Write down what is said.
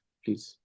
please